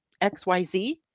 XYZ